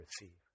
receive